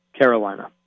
Carolina